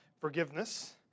forgiveness